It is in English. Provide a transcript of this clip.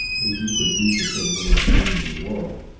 they do produce a certain way of being in the world.